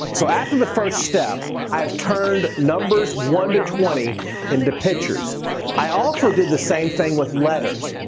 so after the first step i've turned numbers one to twenty into pictures i also did the same thing with letters.